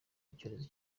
icyorezo